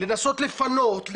לנסות לפנות,